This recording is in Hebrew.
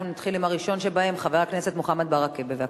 הראשון שבהם הוא חבר הכנסת מוחמד ברכה, בבקשה.